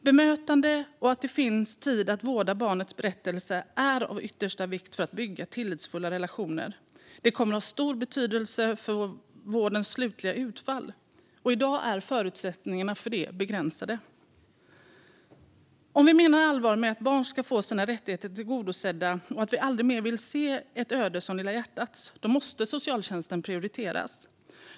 Bemötande och att det finns tid att vårda barnets berättelse är av yttersta vikt för att bygga tillitsfulla relationer. Det kommer att ha stor betydelse för vårdens slutliga utfall. I dag är förutsättningarna för det begränsade. Om vi menar allvar med att barn ska få sina rättigheter tillgodosedda och att vi aldrig mer vill se ett öde som "Lilla hjärtats" måste socialtjänsten prioriteras.